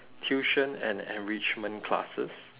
tuition and enrichment classes